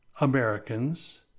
Americans